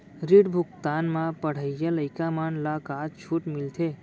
ऋण भुगतान म पढ़इया लइका मन ला का का छूट मिलथे?